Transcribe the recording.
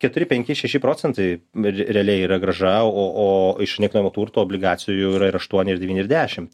keturi penki šeši procentai realiai yra grąžą o o iš nekilnojamo turto obligacijų yra ir aštuoni ir devyni ir dešim